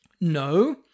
no